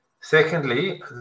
Secondly